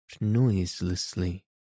noiselessly